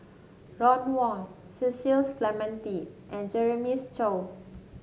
Ron Wong Cecil Clementi and Jeremiah Choy